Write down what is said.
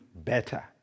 better